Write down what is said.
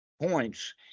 points